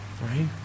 Right